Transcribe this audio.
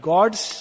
God's